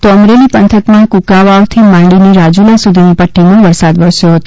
તો અમરેલી પંથકમાં કુંકાવાવથી માંડી રાજૂલા સુધીની પટ્ટીમાં વરસાદ વરસ્યો હતો